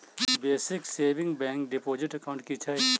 Basic savings bank deposit account की छैक?